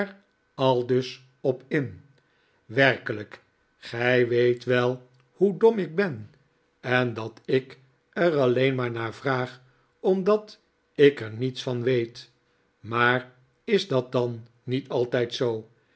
aldus op in werkelijk gij weet wel hoe dom ik ben en dat ik er alleen maar naar vraag omdat ik er niets van weet maar is dat dan niet altijd zoo